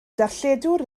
darlledwr